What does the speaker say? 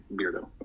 Beardo